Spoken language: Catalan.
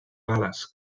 rares